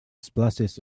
splashes